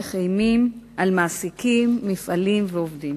ולהלך אימים על מעסיקים, מפעלים ועובדים.